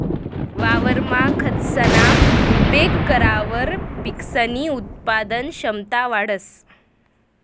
वावरमा खतसना उपेग करावर पिकसनी उत्पादन क्षमता वाढंस